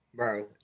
Bro